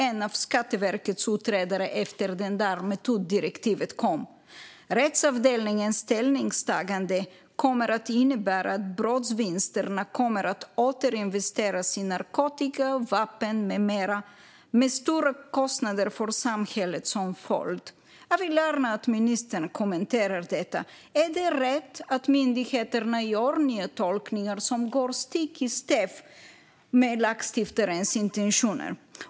En av Skatteverkets utredare skrev efter att detta metoddirektiv kom: Rättsavdelningens ställningstagande kommer att innebära att brottsvinsterna kommer att återinvesteras i narkotika, vapen med mera med stora kostnader för samhället som följd. Jag vill gärna att ministern kommenterar detta. Är det rätt att myndigheterna gör nya tolkningar som går stick i stäv med lagstiftarens intentioner?